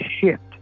shift